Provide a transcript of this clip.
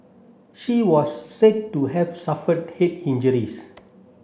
she was said to have suffered head injuries